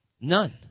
None